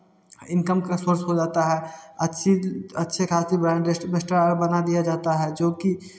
income का source हो जाता है अच्छी अच्छे खासे ब्रांड बना दिया जाता है जो कि